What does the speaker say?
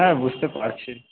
হ্যাঁ বুঝতে পারছি